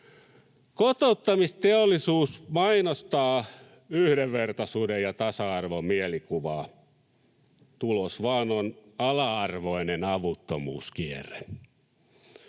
Kotouttamisteollisuus mainostaa yhdenvertaisuuden ja tasa-arvon mielikuvaa — tulos vain on ala-arvoinen avuttomuuskierre.